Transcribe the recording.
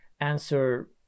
answer